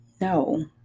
No